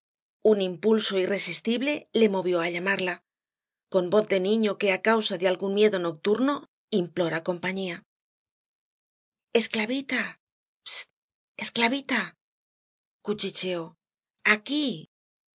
un impulso irresistible le movió á llamarla con voz de niño que á causa de algún miedo nocturno implora compañía esclavita ps esclavita cuchicheó aquí